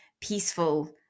peaceful